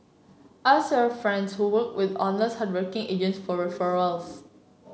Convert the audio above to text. ask your friends who worked with honest hardworking agents for referrals